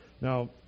Now